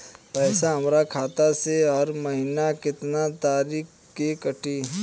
पैसा हमरा खाता से हर महीना केतना तारीक के कटी?